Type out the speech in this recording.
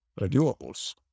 renewables